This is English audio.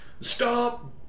stop